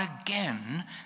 again